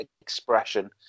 expression